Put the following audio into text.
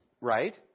right